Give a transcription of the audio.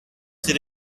sie